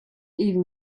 even